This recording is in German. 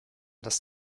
das